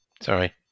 Sorry